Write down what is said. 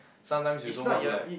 sometimes you also want to like